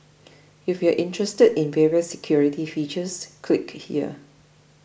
if you're interested in the various security features click here